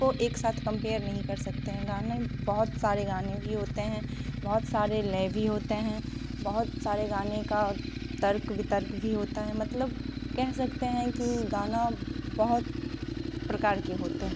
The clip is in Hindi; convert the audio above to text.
को एक साथ कंपेयर नहीं कर सकते हैं गाने बहुत सारे गाने भी होते हैं बहुत सारे लय भी होते है बहुत सारे गाने का तर्क वितर्क भी होता है मतलब कह सकते हैं कि गाना बहुत प्रकार के होते हैं